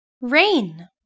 rain